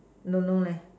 don't know leh